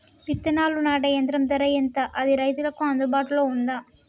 విత్తనాలు నాటే యంత్రం ధర ఎంత అది రైతులకు అందుబాటులో ఉందా?